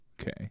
Okay